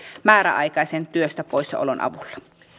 määräaikaisen työstä poissaolon avulla